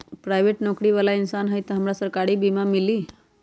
Private नौकरी बाला इंसान हई त हमरा सरकारी बीमा मिली हमरा?